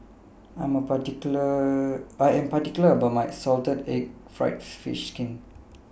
I Am particular about My Salted Egg Fried Fish Skin